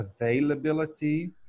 availability